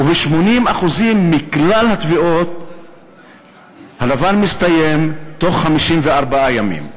וב-80% מכלל התביעות הדבר מסתיים בתוך 54 ימים.